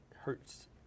hurts